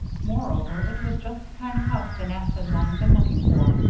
moreover, it was just the kind of house the knapps had long been looking for,